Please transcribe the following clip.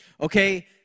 Okay